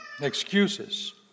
excuses